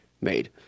made